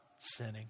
sinning